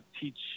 teach